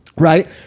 Right